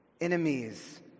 enemies